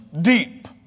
deep